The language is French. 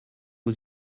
aux